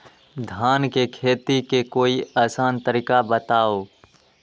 धान के खेती के कोई आसान तरिका बताउ?